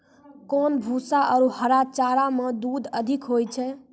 कोन भूसा आरु हरा चारा मे दूध अधिक होय छै?